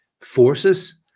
forces